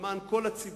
למען כל הציבור,